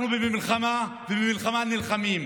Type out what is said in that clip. אנחנו במלחמה, ובמלחמה נלחמים.